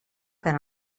per